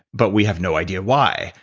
but we have no idea why.